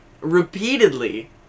Repeatedly